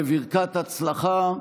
בברכת הצלחה,